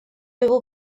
его